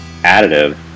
additive